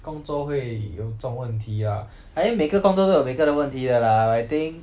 工作会有这种问题 ah I think 每个工作都有每个的问题的 lah I think